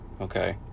okay